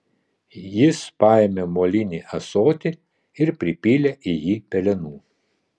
jis paėmė molinį ąsotį ir pripylė į jį pelenų